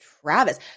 Travis